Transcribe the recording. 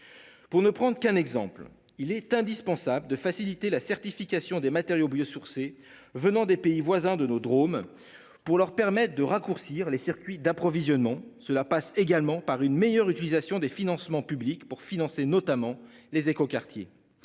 Pour ne prendre qu'un exemple, il est indispensable de faciliter la certification des matériaux biosourcés venant des pays voisins, de nos Drôme. Pour leur permettre de raccourcir les circuits d'approvisionnement cela passe également par une meilleure utilisation des financements publics pour financer notamment les éco-quartiers.